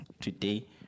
today